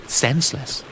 senseless